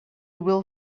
will